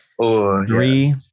Three